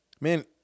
Man